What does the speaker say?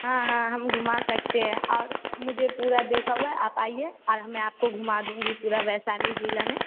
हाँ हाँ हम घुमा सकते हैं और मुझे पूरा देखा हुआ है आप आइए और मैं आपको घुमा दूँगी पूरे वैशाली ज़िले में